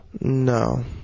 No